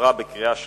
עברה בקריאה שלישית.